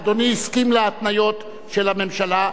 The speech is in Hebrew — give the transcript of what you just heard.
אדוני הסכים להתניות של הממשלה,